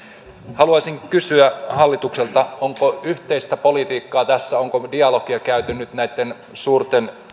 haluaisin kysyä hallitukselta onko yhteistä politiikkaa tässä onko dialogia käyty nyt näitten suurten